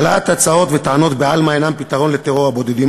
העלאת הצעות וטענות בעלמא אינה פתרון לטרור הבודדים.